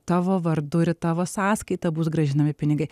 tavo vardu ir į tavo sąskaitą bus grąžinami pinigai